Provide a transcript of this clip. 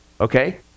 Okay